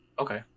okay